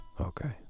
Okay